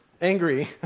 angry